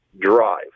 Drive